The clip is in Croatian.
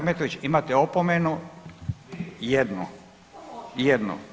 Ahmetović imate opomenu jednu, jednu.